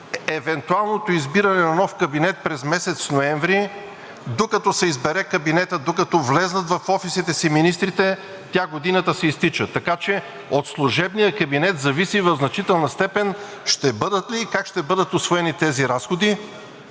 евентуалното избиране на нов кабинет през месец ноември – докато се избере кабинетът, докато влязат в офисите си министрите, тя годината си изтича. Така че от служебния кабинет зависи в значителна степен ще бъдат ли и как ще бъдат усвоени тези разходи,